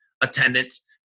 attendance